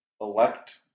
elect